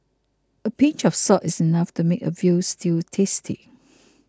a pinch of salt is enough to make a Veal Stew tasty